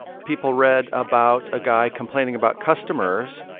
people read about a guy complaining about customers,